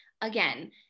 again